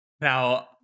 Now